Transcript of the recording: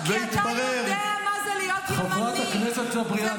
אני מעניק לחבר הכנסת סער עוד חצי דקה.